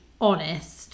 honest